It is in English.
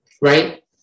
right